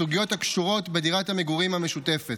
הרוצח בסוגיות הקשורות לדירת המגורים המשותפת.